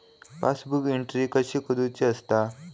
Passbook entry कशी करुची असता?